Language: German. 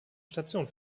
station